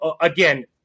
Again